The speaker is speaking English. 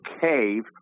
cave